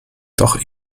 doch